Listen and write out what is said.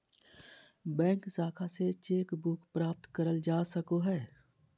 bank शाखा से cheque book प्राप्त करल जा सको हय